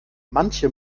manche